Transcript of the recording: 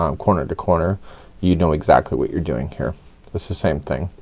um corner-to-corner you know exactly what you're doing here it's the same thing.